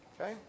Okay